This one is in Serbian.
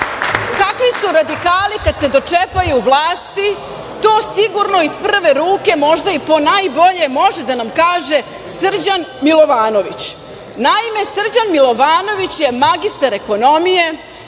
su radikali kada se dočepaju vlasti, to sigurno iz prve ruke, možda i ponajbolje, može da nam kaže Srđan Milovanović. Naime, Srđan Milovanović je magistar ekonomije,